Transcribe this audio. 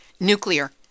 Nuclear